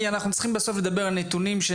כי אנחנו צריכים להתבסס על נתונים נכונים.